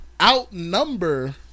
outnumber